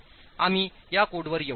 आम्ही या कोडवर येऊ